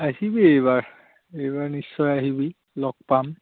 আহিবি এইবাৰ এইবাৰ নিশ্চয় আহিবি লগ পাম